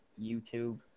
YouTube